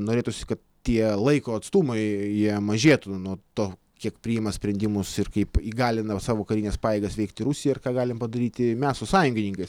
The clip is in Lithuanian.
norėtųsi kad tie laiko atstumai jie mažėtų nuo to kiek priima sprendimus ir kaip įgalina savo karines pajėgas veikti rusija ir ką galim padaryti mes su sąjungininkais